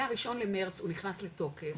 מה-1 למרץ הוא נכנס לתוקף,